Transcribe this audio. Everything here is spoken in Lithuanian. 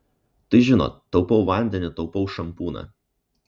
tai žinot taupau vandenį taupau šampūną